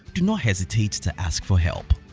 do not hesitate to ask for help.